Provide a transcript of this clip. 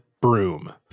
broom